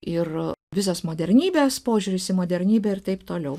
ir visos modernybės požiūris į modernybę ir taip toliau